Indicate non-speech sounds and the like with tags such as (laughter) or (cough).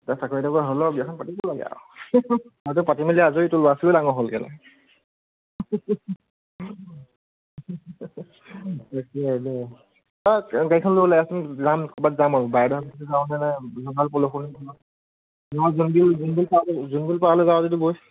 চাকৰি তাকৰি হ'ল আও বিয়াখন পাতিব লাগে আও তইতো পাতি মেলি আজৰি তোৰ ল'ৰা ছোৱালীও ডাঙৰ হ'ল (unintelligible) তাকে আও দে অ' গাড়ীখন লৈ ওলাই আহচোন যাম ক'ৰবাত যাম আও (unintelligible) যাৱ যদি ব'ল